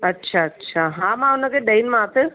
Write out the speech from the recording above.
अच्छा अच्छा हा मां हुनखे ॾेईमांसि